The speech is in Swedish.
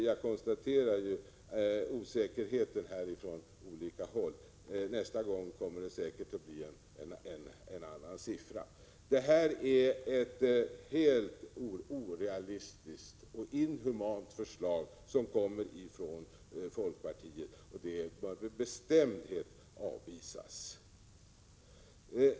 Jag konstaterar osäkerheten på olika håll — nästa gång blir det säkert en annan siffra. Det är ett helt orealistiskt och inhumant förslag som folkpartiet lägger fram, och det bör med bestämdhet avvisas.